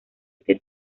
este